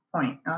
point